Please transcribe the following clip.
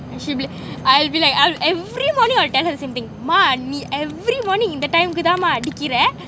and she'll be I'll be like I'll every morning I'll tell her the same thing mah you every morning in the time kuh தான்மா அடிக்கிற நானும்:thaanma adikkira nanum